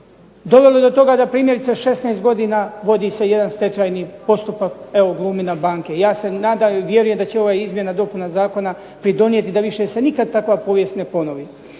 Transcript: Dovelo je do toga da primjerice 16 godina vodi se jedan stečajni postupak evo Glumine banke. Ja se nadam i vjerujem da će ova izmjena i dopuna zakona pridonijeti da se više nikada takva povijest ne ponovi.